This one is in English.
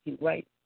right